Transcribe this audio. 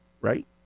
right